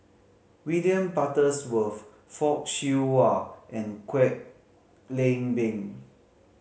William Butterworth Fock Siew Wah and Kwek Leng Beng